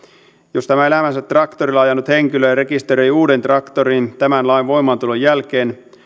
jos tämä elämänsä traktorilla ajanut henkilö rekisteröi uuden traktorin tämän lain voimaantulon jälkeen